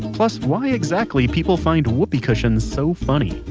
plus why exactly people find whoopee cushions so funny,